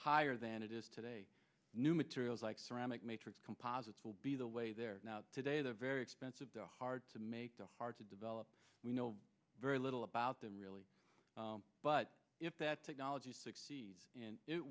higher than it is today new materials like ceramic matrix composites will be the way they're now today they're very expensive to hard to make to hard to develop we know very little about them really but if that technology succeeds and it